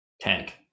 Tank